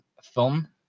film